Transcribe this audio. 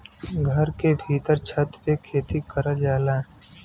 घर के भीत्तर छत पे खेती करल जाला